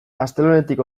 astelehenetik